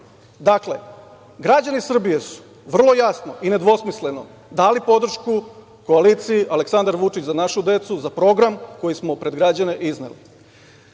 imali. Dakle, građani Srbije su vrlo jasno i nedvosmisleno dali podršku koaliciji Aleksandar Vučić – za našu decu, za program koji smo pred građane izneli.